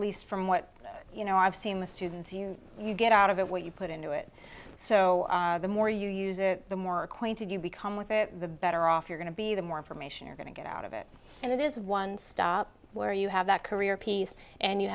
least from what you know i've seen the students you get out of it what you put into it so the more you use it the more acquainted you become with it the better off you're going to be the more information you're going to get out of it and that is one stop where you have that career piece and you